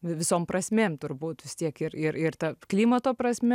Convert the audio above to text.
vi visom prasmėm turbūt vis tiek ir ir ta klimato prasme